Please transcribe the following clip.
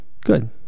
Good